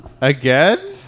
Again